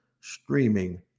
streaming